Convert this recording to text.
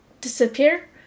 disappear